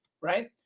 right